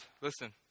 listen